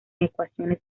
ecuaciones